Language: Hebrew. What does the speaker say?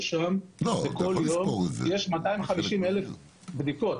שם, בכל יום יש 250 אלף בדיקות.